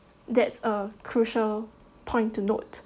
that's a crucial point to note